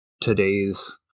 today's